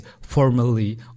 formally